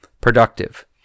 productive